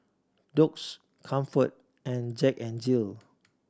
Doux Comfort and Jack N Jill